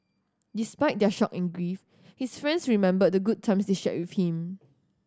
despite their shock and grief his friends remembered the good times they shared with him